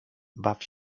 baw